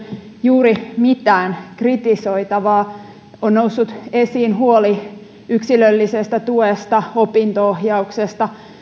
juuri mitään kritisoitavaa on noussut esiin huoli yksilöllisestä tuesta opinto ohjauksesta